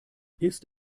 ist